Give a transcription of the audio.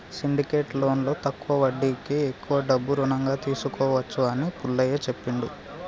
syndicate లోన్లో తక్కువ వడ్డీకే ఎక్కువ డబ్బు రుణంగా తీసుకోవచ్చు అని పుల్లయ్య చెప్పిండు